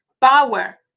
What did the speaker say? Power